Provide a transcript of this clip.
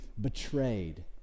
betrayed